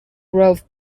grove